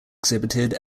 exhibited